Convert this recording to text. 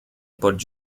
por